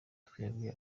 twebwe